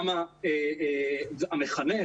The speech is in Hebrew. המחנך,